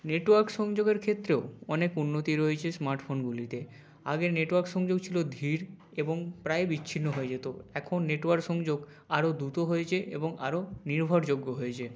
network সংযোগের ক্ষেত্রেও অনেক উন্নতি রয়েছে স্মার্টফোনগুলিতে আগে নেটওয়ার্ক সংযোগ ছিলো ধীর এবং প্রায় বিচ্ছিন্ন হয়ে যেতো এখন নেটওয়ার্ক সংযোগ আরও দ্রুত হয়েছে এবং আরও নির্ভরযোগ্য হয়েছে